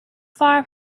far